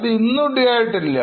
അത് ഇന്ന് dueആയിട്ടില്ല